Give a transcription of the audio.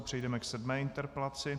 Přejdeme k sedmé interpelaci.